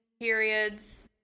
periods